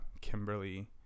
Kimberly